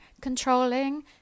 controlling